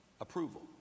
approval